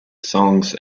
songs